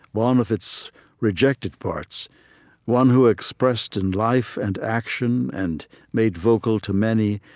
one of its rejected parts one who expressed in life and action and made vocal to many,